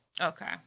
Okay